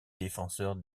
défenseurs